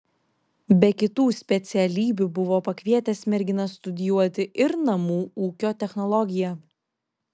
be kitų specialybių buvo pakvietęs merginas studijuoti ir namų ūkio technologiją